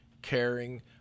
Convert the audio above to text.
caring